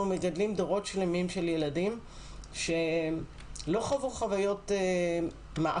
מגדלים דורות שלמים של ילדים שלא חוו חוויות מעשירות.